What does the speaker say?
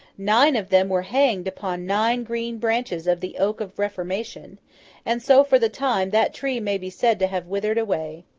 nine of them were hanged upon nine green branches of the oak of reformation and so, for the time, that tree may be said to have withered away.